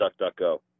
DuckDuckGo